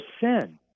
sin